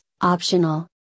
optional